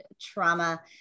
trauma